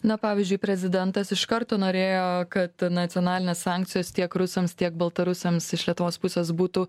na pavyzdžiui prezidentas iš karto norėjo kad nacionalinės sankcijos tiek rusams tiek baltarusiams iš lietuvos pusės būtų